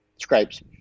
scrapes